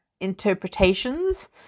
interpretations